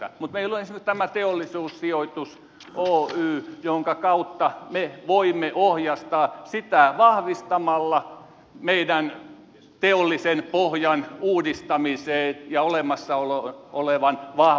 mutta meillä on esimerkiksi teollisuussijoitus oy jonka kautta me voimme ohjastaa sitä vahvistamalla meidän teollisen pohjan uudistamista ja olemassa olevan vahvistamista